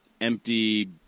empty